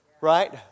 right